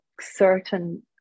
certain